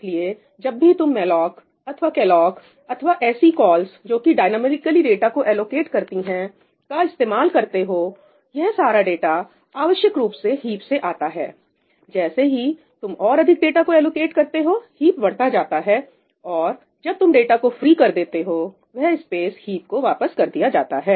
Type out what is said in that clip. इसलिए जब भी तुम मेलॉक अथवा केलॉक अथवा ऐसी कॉल्स जो कि डायनॉमिकली डाटा को एलोकेट करती हैं का इस्तेमाल करते हो यह सारा डाटा आवश्यक रूप से हीप से आता है जैसे ही तुम और अधिक डाटा को एलोकेट करते हो हीप बढ़ता जाता हैऔर जब तुम डाटा को फ्री कर देते हो वह स्पेस हीप को वापस कर दिया जाता है